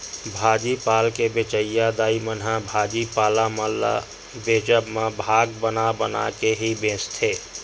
भाजी पाल के बेंचइया दाई मन ह भाजी पाला मन ल बेंचब म भाग बना बना के ही बेंचथे